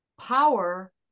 power